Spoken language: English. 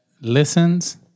listens